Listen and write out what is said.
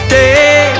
day